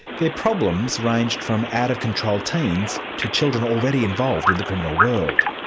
their problems ranged from out-of-control teens to children already involved in the criminal world.